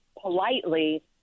politely